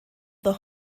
the